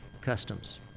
customs